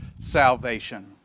salvation